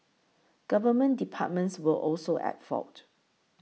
government departments were also at fault